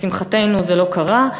לשמחתנו זה לא קרה,